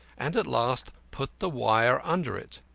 and at last put the wire under it.